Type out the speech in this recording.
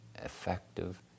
effective